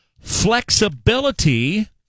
flexibility